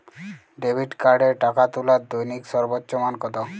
Debit কার্ডে টাকা তোলার দৈনিক সর্বোচ্চ মান কতো?